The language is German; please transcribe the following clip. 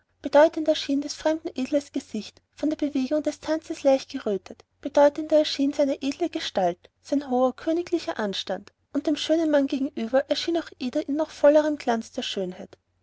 bedeutender schien des fremden edles gesicht von der bewegung des tanzes leicht gerötet bedeutender erschien seine edle gestalt sein hoher königlicher anstand und dem schönen mann gegenüber erschien auch ida in noch vollerem glanz der schönheit